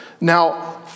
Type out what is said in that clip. Now